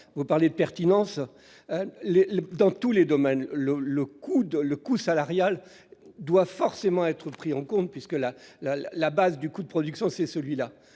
Vous parlez de pertinence. Dans tous les domaines, le coût salarial doit forcément être pris en compte, puisqu'il constitue la base du coût de production. Notre